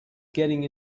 getting